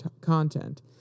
content